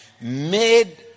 made